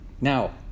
Now